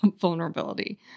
vulnerability